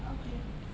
okay